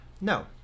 No